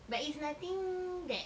but it's nothing that